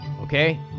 Okay